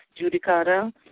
judicata